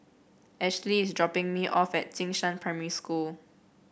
Ashely is dropping me off at Jing Shan Primary School